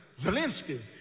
Zelensky